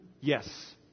Yes